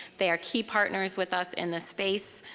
they are key partners with us in the space.